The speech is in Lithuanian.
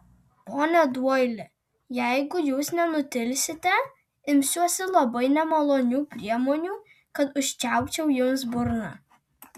pone doili jeigu jūs nenutilsite imsiuosi labai nemalonių priemonių kad užčiaupčiau jums burną